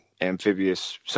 amphibious